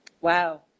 Wow